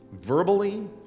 verbally